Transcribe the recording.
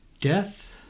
Death